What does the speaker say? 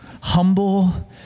humble